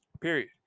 Period